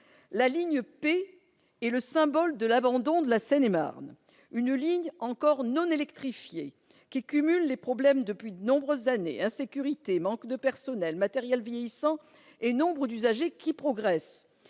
La ligne P est le symbole de l'abandon de la Seine-et-Marne. Cette ligne encore non électrifiée cumule les problèmes depuis de nombreuses années : insécurité, manque de personnel, matériel vieillissant et progression du nombre